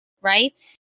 right